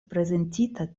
prezentita